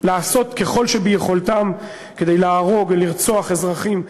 לעשות ככל שביכולתם כדי להרוג ולרצוח אזרחים,